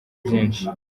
byinshi